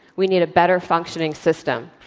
we need a better functioning system.